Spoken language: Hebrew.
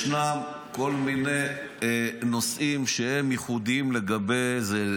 ישנם כל מיני נושאים שהם ייחודיים לגבי זה.